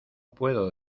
puedo